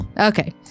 okay